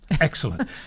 Excellent